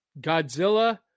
Godzilla